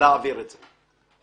להעביר את החוק הזה.